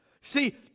See